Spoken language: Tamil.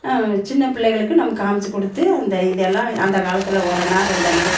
சின்ன பிள்ளைகளுக்கு நமக்கு காமிச்சு கொடுத்து அந்த இது எல்லாம் அந்த காலத்தில் ஓரணா ரெண்டணா